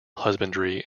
husbandry